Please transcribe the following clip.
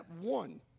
one